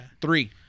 Three